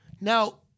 Now